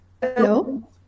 hello